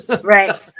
Right